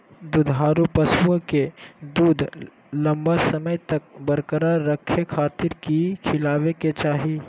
दुधारू पशुओं के दूध लंबा समय तक बरकरार रखे खातिर की खिलावे के चाही?